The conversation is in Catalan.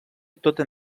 tota